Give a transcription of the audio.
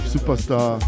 Superstar